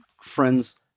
friends